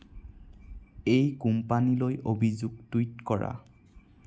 এই কোম্পানীলৈ অভিযোগ টুইট কৰা